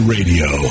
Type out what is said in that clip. Radio